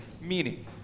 meaning